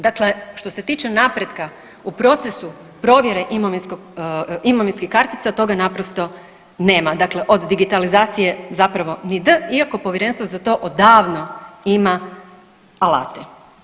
Dakle, što se tiče napretka u procesu provjere imovinskih kartica toga naprosto nema, dakle od digitalizacije zapravo ni D iako povjerenstvo za to odavno ima alate.